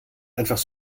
einfach